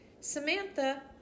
Samantha